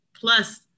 Plus